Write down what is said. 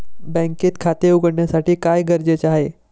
बँकेत खाते उघडण्यासाठी काय गरजेचे आहे?